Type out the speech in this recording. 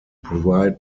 provide